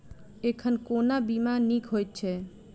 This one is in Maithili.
एखन कोना बीमा नीक हएत छै?